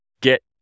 get